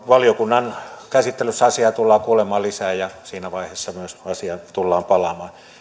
valiokunnan käsittelyssä asiaa tullaan kuulemaan lisää ja siinä vaiheessa myös asiaan tullaan palaamaan